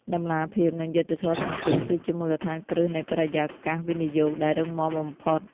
តម្លាភាព និងយុត្តិធម៌សង្គម គឺជាមូលដ្ឋានគ្រឹះនៃបរិយាកាសវិនិយោគដែលរឹងមាំបំផុត។